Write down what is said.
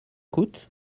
coûte